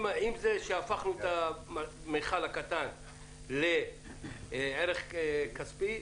עם זה שהפכנו את המיכל הקטן לערך כספי,